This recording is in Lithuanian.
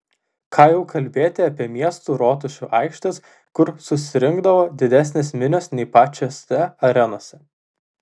ką jau kalbėti apie miestų rotušių aikštes kur susirinkdavo didesnės minios nei pačiose arenose